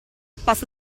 passo